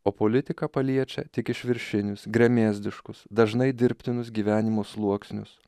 o politika paliečia tik išviršinius gremėzdiškus dažnai dirbtinus gyvenimo sluoksnius